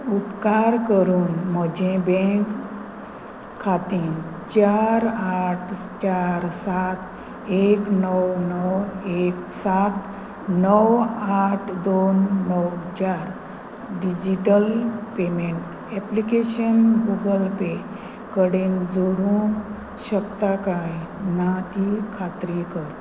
उपकार करून म्हजें बँक खातें चार आठ चार सात एक णव णव एक सात णव आठ दोन णव चार digital payment application Google Pay कडेन जोडूंक शकता काय ना ती खात्री कर